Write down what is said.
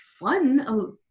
fun